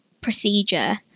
procedure